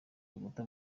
kaguta